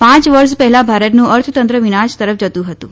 પાંચ વર્ષ પહેલાં ભારતનું અર્થતંત્ર વિનાશ તરફ જતુ હતું